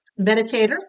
meditator